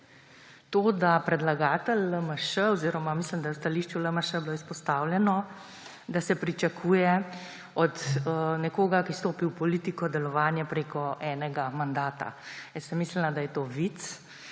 to, da predlagatelj LMŠ oziroma mislim, da je bilo v stališču LMŠ izpostavljeno, da se pričakuje od nekoga, ki stopi v politiko, delovanje preko enega mandata. Jaz sem mislila, da je to vic.